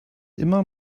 immer